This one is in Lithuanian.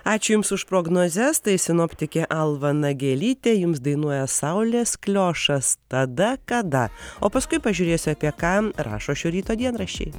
ačiū jums už prognozes tai sinoptikė alma nagelytė jums dainuoja saulės kliošas tada kada o paskui pažiūrėsiu apie ką rašo šio ryto dienraščiai